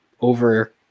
over –